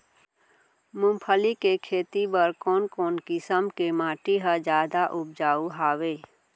मूंगफली के खेती बर कोन कोन किसम के माटी ह जादा उपजाऊ हवये?